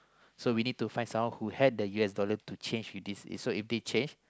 so we need to find someone who had the U_S dollar to change with this so if they change